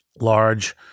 large